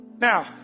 Now